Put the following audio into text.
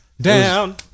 Down